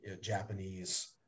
Japanese